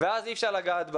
ואז אי אפשר לגעת בה.